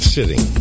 Sitting